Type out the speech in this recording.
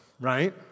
right